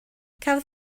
cafodd